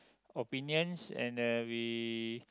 opinions and we